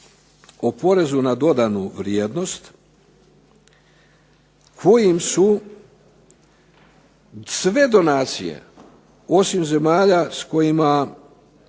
o porezu na dodanu vrijednost kojim su sve donacije, osim zemalja s kojima